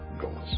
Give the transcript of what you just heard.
goals